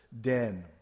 den